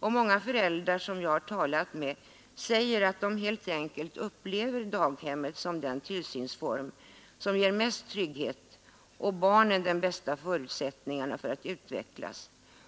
Många föräldrar som jag har talat med säger att de helt enkelt upplever daghemmen som den tillsynsform som ger mest trygghet och de bästa förutsättningarna för barnen att utvecklas.